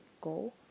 go